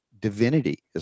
divinity